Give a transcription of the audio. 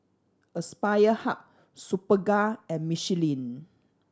Aspire Hub Superga and Michelin